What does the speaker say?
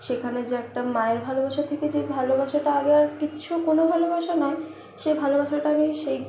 সেখানে যে একটা মায়ের ভালোবাসা থেকে যে ভালোবাসাটার আগে আর কিচ্ছু কোন ভালোবাসা নয় সেই ভালবাসাটা আমি সেই